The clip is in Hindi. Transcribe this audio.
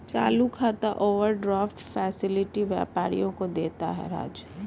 चालू खाता ओवरड्राफ्ट फैसिलिटी व्यापारियों को देता है राज